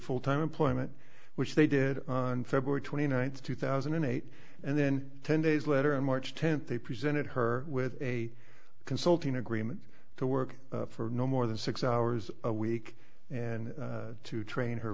full time employment which they did on february twenty ninth two thousand and eight and then ten days later on march tenth they presented her with a consulting agreement to work for no more than six hours a week and to train her